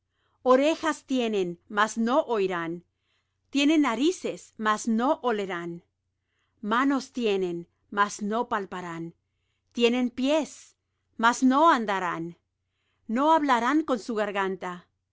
orejas tienen mas no oirán tienen narices mas no olerán manos tienen mas no palparán tienen pies mas no andarán no hablarán con su garganta